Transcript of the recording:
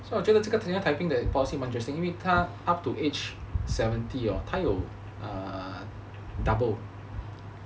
so 我觉得这个 premier typing 的蛮 interesting 因为 up to age seventy hor 他有 err double